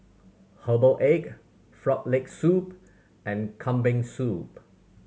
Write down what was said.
Herbal Egg Frog Leg Soup and Kambing Soup